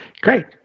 Great